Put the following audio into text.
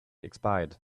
expired